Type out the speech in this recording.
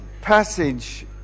passage